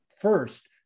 first